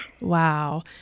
Wow